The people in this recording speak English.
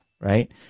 right